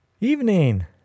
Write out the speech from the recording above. Evening